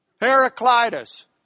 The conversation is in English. Heraclitus